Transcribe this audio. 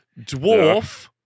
dwarf